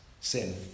sin